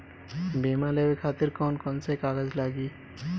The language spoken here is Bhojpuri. बीमा लेवे खातिर कौन कौन से कागज लगी?